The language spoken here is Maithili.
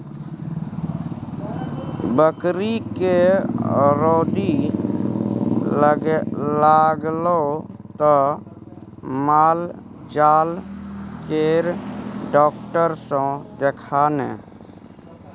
बकरीके रौदी लागलौ त माल जाल केर डाक्टर सँ देखा ने